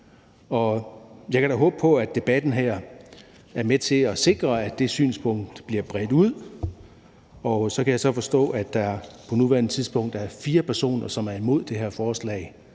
Jeg kan da håbe på, at den her debat er med til at sikre, at det synspunkt bliver bredt ud. Jeg kan så forstå, at der på nuværende tidspunkt er fire personer, som er imod det her forslag,